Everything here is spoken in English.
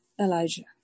Elijah